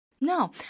No